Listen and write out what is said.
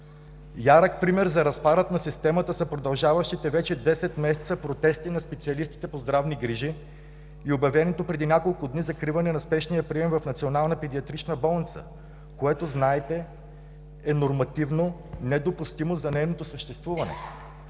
Ярък пример за разпада на системата са продължаващите вече десет месеца протести на специалистите по здравни грижи и обявеното преди няколко дни закриване на спешния прием в Националната педиатрична болница, което знаете е нормативно недопустимо за нейното съществуване.